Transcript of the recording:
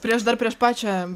prieš dar prieš pačią